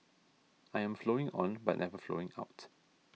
I am flowing on but never flowing out